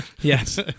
Yes